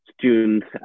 students